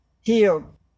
healed